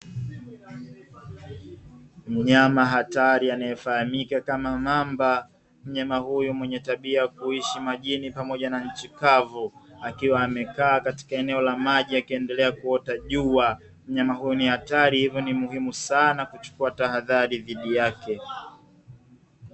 Mnyama hatari anayefahamika kama mamba. Mnyama huyo mwenye tabia ya kuishi majini pamoja na nchi kavu akiwa amekaa katika eneo la maji akiendelea kuota jua. Mnyama huyo ni hatari hivyo ni muhimu sana kuchukua tahadhari dhidi yake.